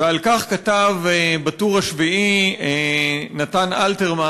ועל כך כתב ב"הטור השביעי" נתן אלתרמן